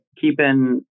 keeping